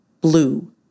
blue